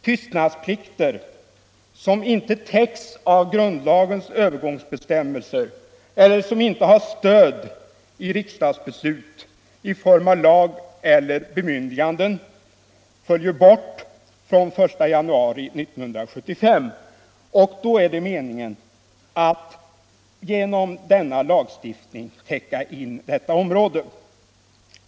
Tystnadsplikter som inte täcks av grundlagens övergångsbestämmelser eller som inte har stöd i riksdagsbeslut i form av lag eller bemyndiganden föll bort från den 1 januari 1975, och meningen är att genom den nu aktuella lagstiftningen täcka in detta område.